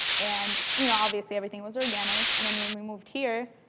and you know, obviously, everything was organic, and then when when we moved here,